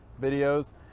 videos